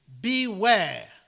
Beware